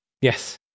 Yes